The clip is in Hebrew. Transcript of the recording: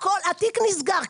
התיק נסגר,